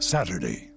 Saturday